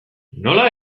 nola